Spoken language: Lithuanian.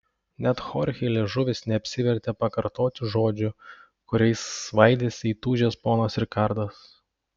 net chorchei liežuvis neapsivertė pakartoti žodžių kuriais svaidėsi įtūžęs ponas rikardas